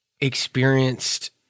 experienced